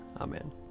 amen